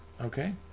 Okay